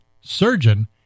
surgeon